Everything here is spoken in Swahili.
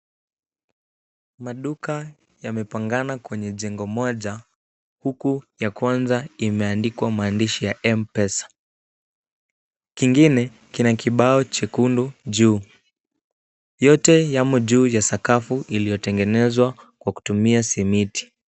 Maduka yamepangana kwenye jengo moja huku ya kwanza imeandikwa maandishi ya m-pesa. Kingine kina kibao chekundu juu. Yote yamo juu ya sakafu iliyotengenezwa kwa kutumia simiti.